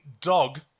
dog